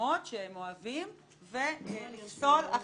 מסוימות שהם אוהבים ולפסול אחרות.